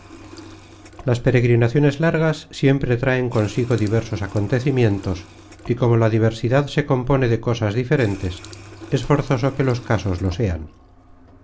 las peregrinaciones largas siempre traen consigo diversos acontecimientos y como la diversidad se compone de cosas diferentes es forzoso que los casos lo sean